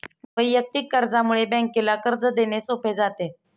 वैयक्तिक कर्जामुळे बँकेला कर्ज देणे सोपे जाते